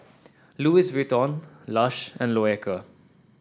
Louis Vuitton Lush and Loacker